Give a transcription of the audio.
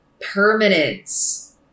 permanence